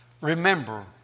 remember